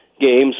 games